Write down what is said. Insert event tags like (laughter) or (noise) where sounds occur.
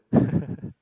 (laughs)